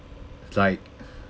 like